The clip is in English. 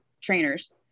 trainers